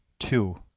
two.